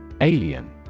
Alien